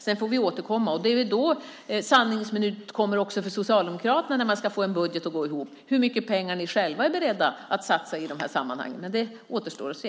Sedan får vi återkomma. Det är väl då sanningens minut kommer också för Socialdemokraterna, när man ska få en budget att gå ihop och vi får se hur mycket pengar ni själva är beredda att satsa i de här sammanhangen. Men det återstår att se.